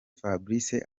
fabrice